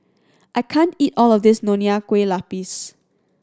I can't eat all of this Nonya Kueh Lapis